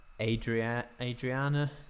Adriana